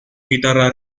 guitarra